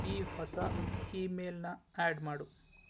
ಈ ಹೊಸ ಈಮೇಲ್ನ ಆ್ಯಡ್ ಮಾಡು